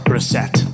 Reset